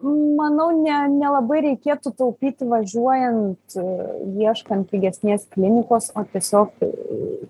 manau ne nelabai reikėtų taupyti važiuojant ieškant pigesnės klinikos o tiesiog